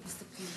אפשר להסתפק.